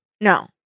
No